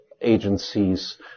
agencies